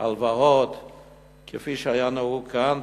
הלוואות כפי שהיה נהוג כאן,